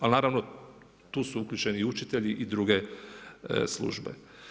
Ali naravno tu su uključeni i učitelji i druge službe.